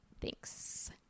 thanks